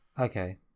okay